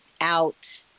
out